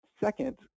Second